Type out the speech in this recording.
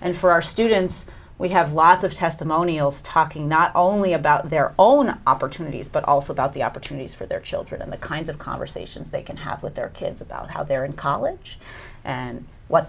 and for our students we have lots of testimonials talking not only about their own opportunities but also about the opportunities for their children the kinds of conversations they can have with their kids about how they're in college and what